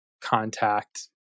contact